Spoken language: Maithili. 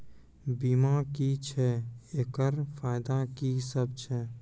बीमा की छियै? एकरऽ फायदा की सब छै?